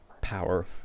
power